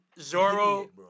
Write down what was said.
Zoro